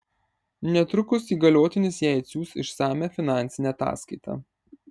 netrukus įgaliotinis jai atsiųs išsamią finansinę ataskaitą